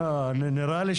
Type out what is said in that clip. אתרא קדישא